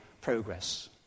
progress